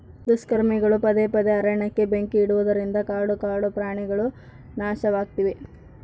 ದುಷ್ಕರ್ಮಿಗಳು ಪದೇ ಪದೇ ಅರಣ್ಯಕ್ಕೆ ಬೆಂಕಿ ಇಡುವುದರಿಂದ ಕಾಡು ಕಾಡುಪ್ರಾಣಿಗುಳು ನಾಶವಾಗ್ತಿವೆ